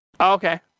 Okay